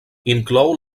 inclou